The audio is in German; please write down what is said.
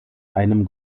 einem